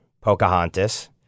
Pocahontas